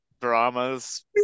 dramas